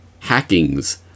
hackings